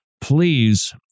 please